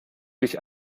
dich